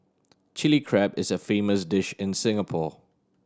Chilli Crab is a famous dish in Singapore